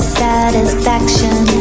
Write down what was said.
satisfaction